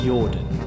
Jordan